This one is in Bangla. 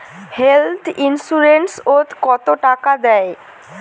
হেল্থ ইন্সুরেন্স ওত কত টাকা দেয়?